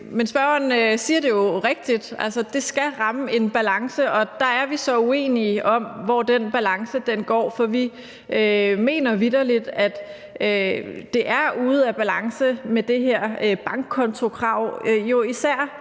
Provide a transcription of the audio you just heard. Men spørgeren siger det jo rigtigt. Det skal ramme en balance, og der er vi så uenige om, hvor den balance går, for vi mener vitterlig, at det er ude af balance med det her bankkontokrav,